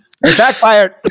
backfired